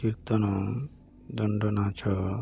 କୀର୍ତ୍ତନ ଦଣ୍ଡ ନାଚ